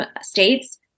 states